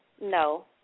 No